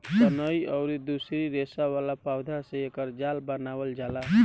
सनई अउरी दूसरी रेसा वाला पौधा से एकर जाल बनावल जाला